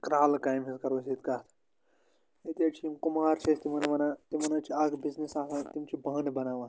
کرٛالہٕ کامہِ ہٕنٛز کَرو أسۍ ییٚتہِ کَتھ ییٚتہِ حَظ چھِ یِم کُمار چھِ أسۍ تِمَن وَنان تِمَن حَظ چھِ اَکھ بِزنٮ۪س آسان تِم چھِ بانہٕ بَناوان